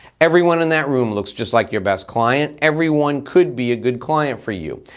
everyone in that room looks just like your best client, everyone could be a good client for you.